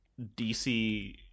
DC